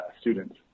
students